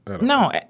No